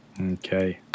Okay